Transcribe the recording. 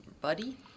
Buddy